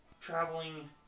traveling